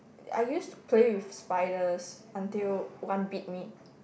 I used to play with spiders until one bit me